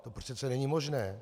To přece není možné.